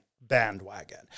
bandwagon